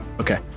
okay